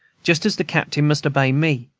just as the captain must obey me,